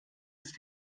ist